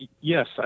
Yes